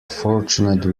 fortunate